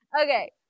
Okay